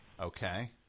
Okay